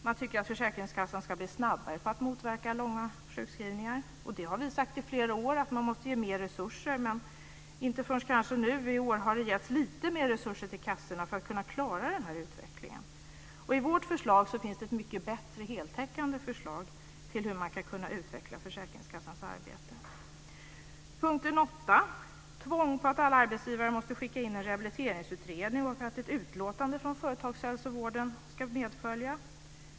Man tycker att försäkringskassan ska bli snabbare på att motverka långa sjukskrivningar. Vi har i flera år sagt att man måste ge mer resurser till detta, men inte förrän i år har det kanske givits lite mer resurser till kassorna för att de ska klara utvecklingen på området. Vi lägger fram ett mycket mer heltäckande förslag till hur man ska kunna utveckla försäkringskassornas arbete. I punkten 8 anges att alla arbetsgivare måste skicka in en rehabiliteringsutredning och att ett utlåtande från företagshälsovården ska medfölja.